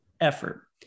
effort